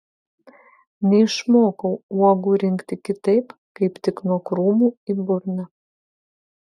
neišmokau uogų rinkti kitaip kaip tik nuo krūmų į burną